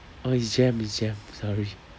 oh it's jam it's jam sorry